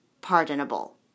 pardonable